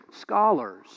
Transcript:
Scholars